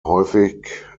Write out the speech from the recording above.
häufig